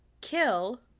kill